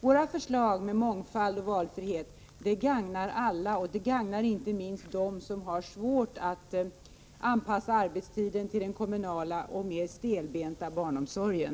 Våra förslag om mångfald och valfrihet gagnar alla, inte minst dem som har svårt att anpassa arbetstiden till den kommunala och mer stelbenta barnomsorgen.